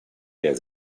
der